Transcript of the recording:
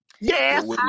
Yes